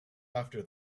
after